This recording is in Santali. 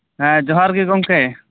ᱦᱮᱸ ᱡᱚᱦᱟᱨᱜᱮ ᱜᱚᱢᱠᱮ